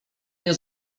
nie